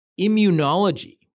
immunology